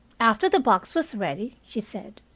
after the box was ready, she said,